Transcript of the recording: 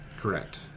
Correct